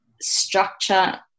structure